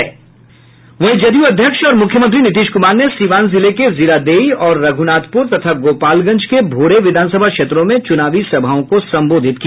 जदयू अध्यक्ष और मुख्यमंत्री नीतीश कुमार ने सिवान जिले के जीरादेई और रघुनाथपुर तथा गोपालगंज के भोरे विधानसभा क्षेत्रों में चुनावी सभाओं को संबोधित किया